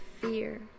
fear